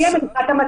כדי לקיים את המטרות